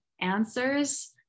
answers